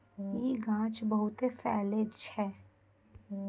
इ गाछ बहुते फैलै छै